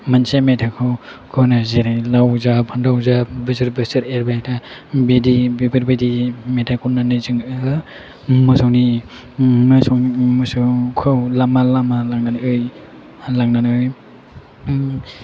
मोनसे मेथाइखौ खनो जेरै लाव जा फानथाव जा बोसोरै बोसोरै एरबाय था बिदि बेफोरबायदि मेथाइ खननानै जोङो मोसौखौ लामा लामा लांनानै